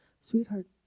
sweetheart